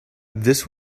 this